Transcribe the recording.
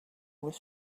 was